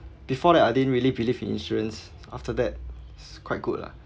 before that I didn't really believe in insurance after that it's quite good lah